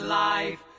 life